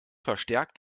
verstärkt